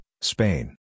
Spain